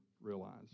realize